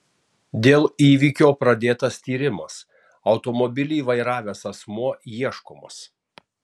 dėl įvykio pradėtas tyrimas automobilį vairavęs asmuo ieškomas